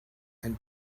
and